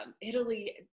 Italy